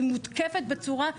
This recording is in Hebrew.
היא מותקפת בצורה כל כך.